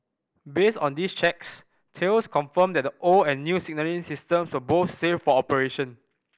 based on these checks Thales confirmed that the old and new signalling systems were both safe for operation